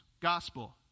Gospel